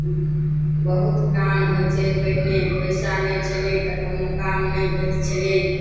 बहुत काम होइ छै पहिने पैसा नहि छलै तऽ कोनो काम नहि होइत छलै